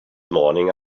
morning